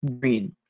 green